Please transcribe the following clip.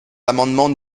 l’amendement